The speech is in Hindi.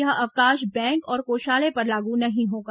यह अवकाश बैंक और कोषालय पर लागू नहीं होगा